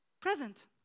present